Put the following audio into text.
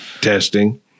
testing